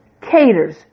caters